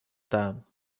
دهم